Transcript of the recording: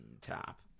top